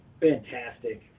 Fantastic